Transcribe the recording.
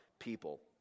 people